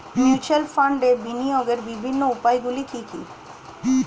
Mutual ফান্ডে বিনিয়োগের বিভিন্ন উপায়গুলি কি কি?